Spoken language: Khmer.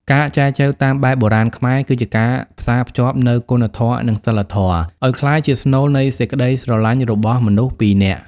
ការចែចូវតាមបែបបុរាណខ្មែរ គឺជាការផ្សារភ្ជាប់នូវ "គុណធម៌ និងសីលធម៌" ឱ្យក្លាយជាស្នូលនៃសេចក្ដីស្រឡាញ់របស់មនុស្សពីរនាក់។